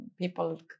people